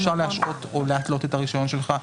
אפשר להשהות או להטלות את הרישיון שלך.